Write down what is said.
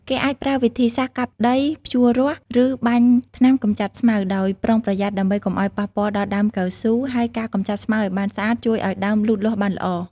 គេអាចប្រើវិធីសាស្រ្តកាប់ដី ភ្ជួររាស់ ឬបាញ់ថ្នាំកម្ចាត់ស្មៅ ដោយប្រុងប្រយ័ត្នដើម្បីកុំឱ្យប៉ះពាល់ដល់ដើមកៅស៊ូ ហើយការកម្ចាត់ស្មៅឱ្យបានស្អាតជួយឱ្យដើមលូតលាស់បានល្អ។